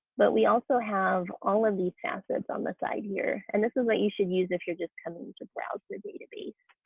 but we also have all of these facets on the side here. and this is what you should use if you're just coming to browse the database.